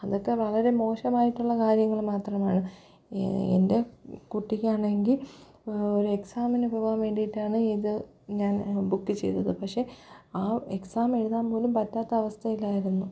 അതൊക്കെ വളരെ മോശമായിട്ടുള്ള കാര്യങ്ങൾ മാത്രമാണ് എന്റെ കുട്ടിയ്ക്കാണെങ്കിൽ ഒരു എക്സാമിനു പോകാൻ വേണ്ടിയിട്ടാണ് ഇതു ഞാൻ ബുക്ക് ചെയ്തത് പക്ഷെ ആ എക്സാമെഴുതാൻ പോലും പറ്റാത്ത അവസ്ഥയിലായിരുന്നു